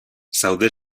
zaude